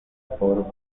por